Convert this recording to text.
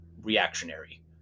reactionary